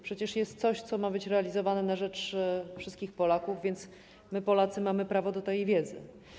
Przecież jest to coś, co ma być realizowane na rzecz wszystkich Polaków, więc my, Polacy, mamy prawo do tej wiedzy.